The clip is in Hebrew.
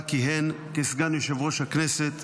וכיהן בה כסגן יושב-ראש הכנסת.